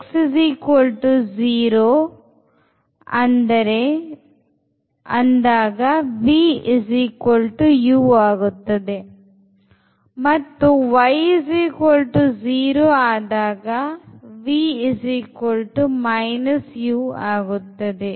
x 0 ಅಂದರೆ v u ಆಗುತ್ತದೆ ಮತ್ತು y 0 ಅಂದರೆ v u ಆಗುತ್ತದೆ